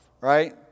right